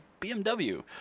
BMW